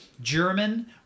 German